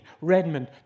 Redmond